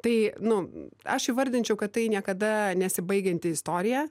tai nu aš įvardinčiau kad tai niekada nesibaigianti istorija